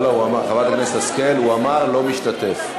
חברת הכנסת השכל, הוא אמר "לא משתתף".